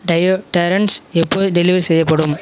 deodorants எப்போது delivery செய்யப்படும்